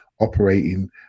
operating